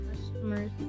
customers